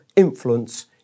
influence